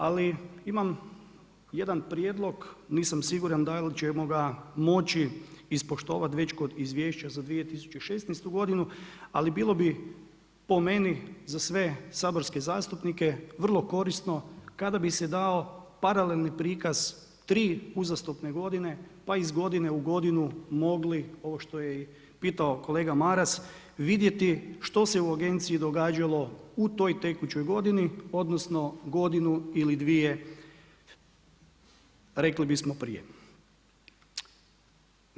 Ali imam prijedlog, nisam siguran da li ćemo ga moći ispoštovati već kod izvješća za 2016. godinu, ali bilo bi po meni za sve saborske zastupnike vrlo korisno, kada bi se dao paralelni prikaz tri uzastopne godine, pa iz godine u godinu mogli ovo što je i pitao kolega Maras, vidjeti što se u agenciji događalo u toj tekućoj godini, odnosno, godinu ili dvije, rekli bismo prije.